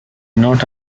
not